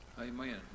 amen